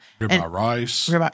rice